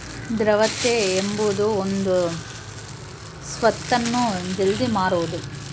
ದ್ರವ್ಯತೆ ಎಂಬುದು ಒಂದು ಸ್ವತ್ತನ್ನು ಜಲ್ದಿ ಮಾರುವುದು ಆಗಿದ